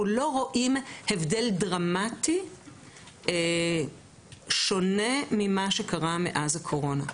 לא רואים הבדל דרמטי שונה ממה שקרה מאז הקורונה.